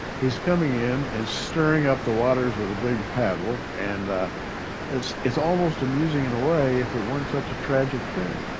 he's coming in and stirring up the waters with a big paddle, and it's it's almost amusing in a way if it weren't such a tragic thing.